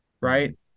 right